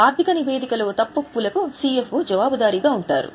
ఆర్థిక నివేదిక లో తప్పొప్పుల కు CFO జవాబుదారీగా ఉంటారు